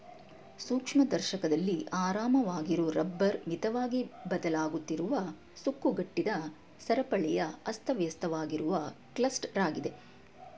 ಸೂಕ್ಷ್ಮದರ್ಶಕದಲ್ಲಿ ಆರಾಮವಾಗಿರೊ ರಬ್ಬರ್ ಮಿತವಾಗಿ ಬದಲಾಗುತ್ತಿರುವ ಸುಕ್ಕುಗಟ್ಟಿದ ಸರಪಳಿಯ ಅಸ್ತವ್ಯಸ್ತವಾಗಿರುವ ಕ್ಲಸ್ಟರಾಗಿದೆ